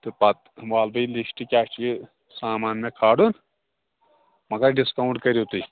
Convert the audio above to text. تہٕ پَتہٕ والہٕ بہٕ یہِ لِسٹہٕ کیٛاہ چھُ یہِ سامان مےٚ کھارُن مگر ڈِسکاوُنٛٹ کٔرِو تُہۍ